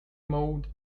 mode